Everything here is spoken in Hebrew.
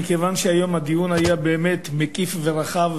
מכיוון שהיום הדיון היה באמת מקיף ורחב,